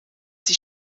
sie